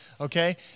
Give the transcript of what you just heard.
okay